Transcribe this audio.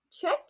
check